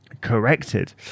corrected